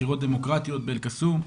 בחירות דמוקרטיות באל קסום.